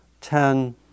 ten